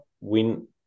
win